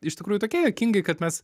iš tikrųjų tokie juokingi kad mes